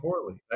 poorly